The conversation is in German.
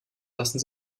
lassen